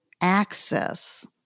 access